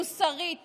מוסרית